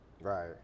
Right